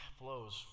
flows